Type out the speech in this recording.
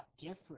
different